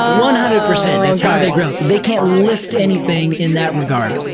one hundred percent, that's how they grow. so they can't lift anything in that regard.